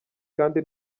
kandi